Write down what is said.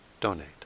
donate